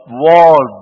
wall